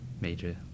major